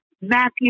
Matthew